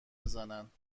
بزنند